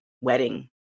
wedding